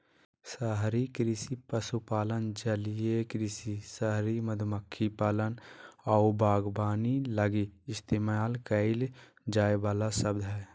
शहरी कृषि पशुपालन, जलीय कृषि, शहरी मधुमक्खी पालन आऊ बागवानी लगी इस्तेमाल कईल जाइ वाला शब्द हइ